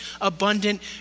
abundant